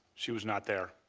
she was not there.